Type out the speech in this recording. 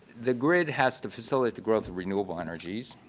the grid has to facilitate the growth of renewable energies.